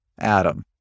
Adam